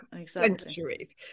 Centuries